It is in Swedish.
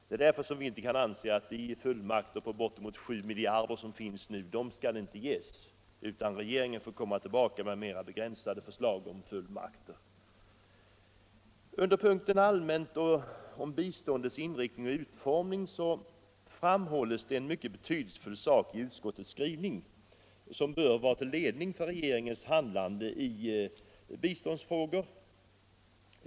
Det är därför som vi inte kan anse att de fullmakter på bortåt 7 miljarder som nu är aktuella skall ges, utan att regeringen får komma tillbaka med mera begränsade förslag om fullmakter. Under punkten Allmänt om biståndets inriktning och utformning framhålls en mycket betydelsefull sak i utskottets skrivning, som bör vara till ledning för regeringens handlande i biståndsfrågor.